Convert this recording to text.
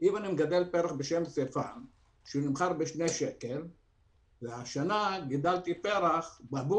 אם בשנה שעברה גידלתי פרח בשם סיפן,